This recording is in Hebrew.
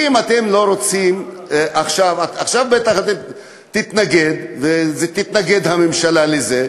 עכשיו הממשלה בטח תתנגד לזה,